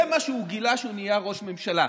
מה שהוא גילה כשהוא נהיה ראש ממשלה,